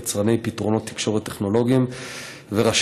יצרני פתרונות תקשורת טכנולוגיים וראש